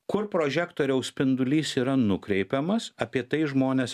kur prožektoriaus spindulys yra nukreipiamas apie tai žmonės